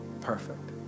perfect